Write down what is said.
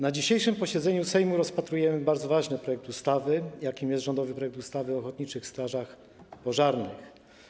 Na dzisiejszym posiedzeniu Sejmu rozpatrujemy bardzo ważny projekt ustawy, jakim jest rządowy projekt ustawy o ochotniczych strażach pożarnych.